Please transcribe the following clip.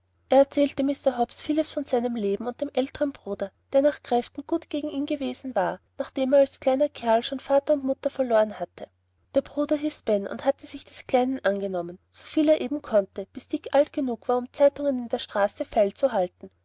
erzählte mr hobbs vieles von seinem leben und dem älteren bruder der nach kräften gut gegen ihn gewesen war nachdem er als kleiner kerl schon vater und mutter verloren hatte der bruder hieß ben und hatte sich des kleinen angenommen soviel er eben konnte bis dick alt genug war um zeitungen in der straße feilzuhalten